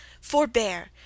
forbear